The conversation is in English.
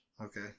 Okay